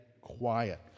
quiet